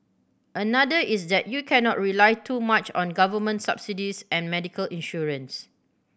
another is that you cannot rely too much on government subsidies and medical insurance